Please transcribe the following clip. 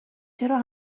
چرا